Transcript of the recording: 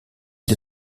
des